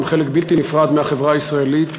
הם חלק בלתי נפרד מהחברה הישראלית.